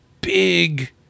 big